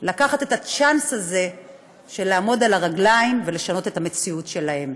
לקחת את הצ'אנס הזה של לעמוד על הרגליים ולשנות את המציאות שלהן.